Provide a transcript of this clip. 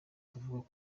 tuvuga